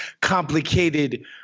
complicated